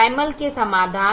primal के समाधान